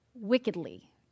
wickedly